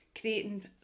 creating